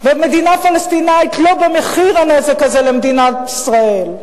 ומדינה פלסטינית, לא במחיר הנזק הזה למדינת ישראל.